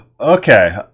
Okay